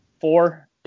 four